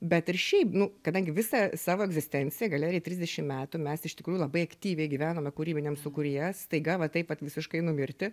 bet ir šiaip nu kadangi visą savo egzistenciją galerijai trisdešim metų mes iš tikrųjų labai aktyviai gyvenome kūrybiniam sūkuryje staiga va taip vat visiškai numirti